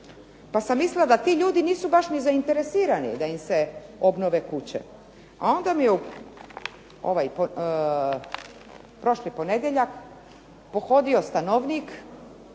pa sam mislila da ti ljudi nisu baš ni zainteresirani da im se obnove kuće. A onda mi je prošli ponedjeljak pohodio stanovnik